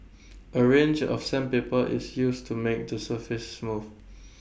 A range of sandpaper is use to make the surface smooth